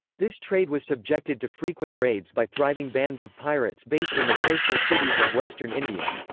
this trade was subjected to frequent raids by thriving bands of pirates based in the coastal cities of western india.